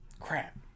Crap